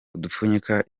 udupfunyika